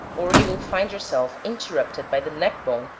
or you will find yourself interrupted by the neck bone,